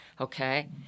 Okay